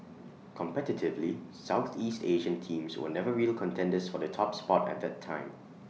competitively Southeast Asian teams were never real contenders for the top spot at that time